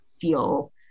feel